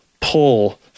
pull